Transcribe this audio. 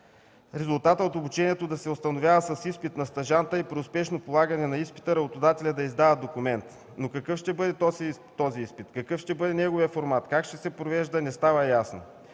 резултатът от обучението да се установява с изпит на стажанта и при успешно полагане на изпита работодателят да издава документ. Обаче какъв ще бъде този изпит, какъв ще бъде неговия формат, как ще се провежда, не става ясно.